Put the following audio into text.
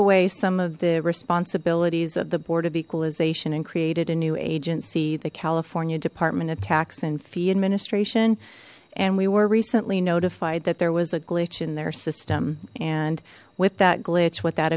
away some of the responsibilities of the board of equalization and created a new agency the california department of tax and fee administration and we were recently notified that there was a glitch in their system and with that glitch what that